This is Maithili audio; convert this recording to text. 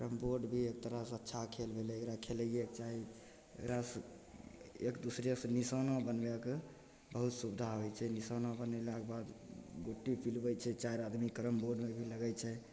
कैरमबोर्ड भी एक तरहसँ अच्छा खेल भेलय एकरा खेलयेके चाही एकरासँ एक दूसरेसँ निशाना बनबयके बहुत सुविधा होइ छै निशाना बनेलाके बाद गोटी पिलबय छै चारि आदमी कैरमबोर्डमे भी लगय छै